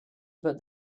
but